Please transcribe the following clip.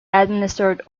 administered